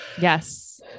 Yes